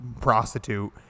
prostitute